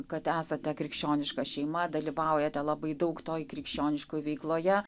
kad esate krikščioniška šeima dalyvaujate labai daug toj krikščioniškoj veikloje